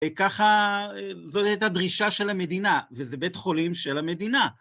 ככה זו הייתה דרישה של המדינה, וזה בית חולים של המדינה.